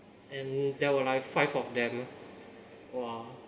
and there were like five of them !wah!